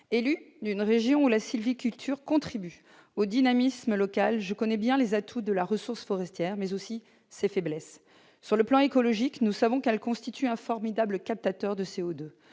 Élue d'une région où la sylviculture contribue au dynamisme local, je connais bien les atouts de la ressource forestière, mais aussi ses faiblesses. Sur le plan écologique, nous savons qu'elle constitue un formidable captateur de C02.